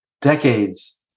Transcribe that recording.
decades